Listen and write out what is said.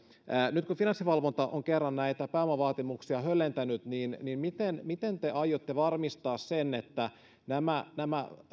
nyt kun finanssivalvonta on kerran näitä pääomavaatimuksia höllentänyt niin niin miten miten te aiotte varmistaa sen että nämä nämä